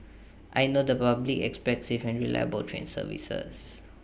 I know the public expects safe and reliable train services